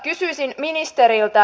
kysyisin ministeriltä